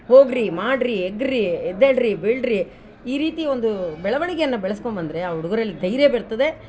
ಹೋಗ್ರಿ ಮಾಡ್ರಿ ಎಗ್ರಿ ಎದ್ದೇಳಿರಿ ಬೀಳ್ರಿ ಈ ರೀತಿ ಒಂದು ಬೆಳವಣಿಗೆಯನ್ನು ಬೆಳೆಸ್ಕೊಬಂದ್ರೆ ಆ ಹುಡುಗರಲ್ಲಿ ಧೈರ್ಯ ಬರ್ತದೆ